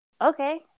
okay